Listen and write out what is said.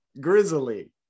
Grizzly